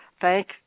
thank